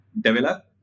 develop